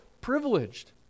privileged